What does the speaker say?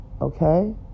okay